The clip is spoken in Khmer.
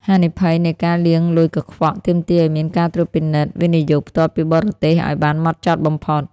ហានិភ័យនៃ "ការលាងលុយកខ្វក់" ទាមទារឱ្យមានការត្រួតពិនិត្យ វិនិយោគផ្ទាល់ពីបរទេស ឱ្យបានហ្មត់ចត់បំផុត។